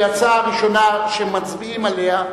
שהיא הצעה ראשונה שמצביעים עליה,